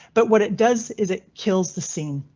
but what it does is it kills the scene.